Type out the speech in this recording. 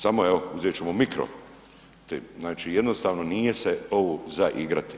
Samo uzet ćemo mikro, znači jednostavno nije se ovo za igrati.